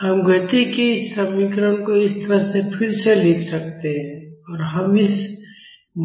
हम गति के इस समीकरण को इस तरह से फिर से लिख सकते हैं और हम इस